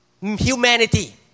humanity